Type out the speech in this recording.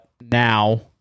now